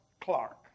Clark